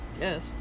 Yes